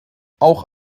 auch